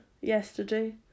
yesterday